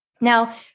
Now